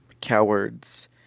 cowards